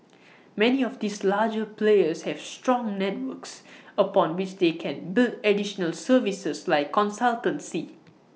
many of these larger players have strong networks upon which they can build additional services like consultancy